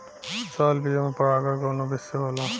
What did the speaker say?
Salvia में परागण कउना विधि से होला?